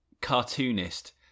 cartoonist